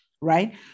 right